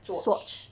Swatch